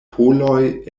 poloj